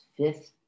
Fifth